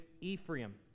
Ephraim